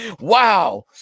wow